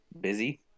busy